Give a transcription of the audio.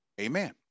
Amen